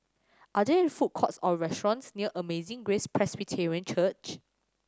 are there food courts or restaurants near Amazing Grace Presbyterian Church